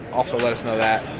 also let us know that.